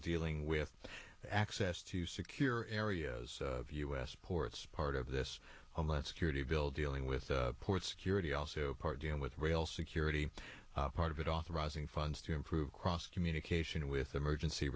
dealing with access to secure areas of u s ports part of this homeland security bill dealing with port security also part dealing with rail security part of it authorizing funds to improve cross communication with emergency